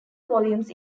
volumes